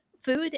food